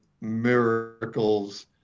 miracles